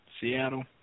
Seattle